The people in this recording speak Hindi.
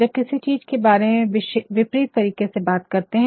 जब किसी चीज़ के बारे में विपरीत तरीके से बात करते है